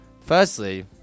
Firstly